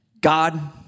God